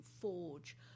forge